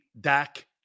Dak